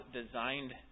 designed